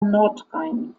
nordrhein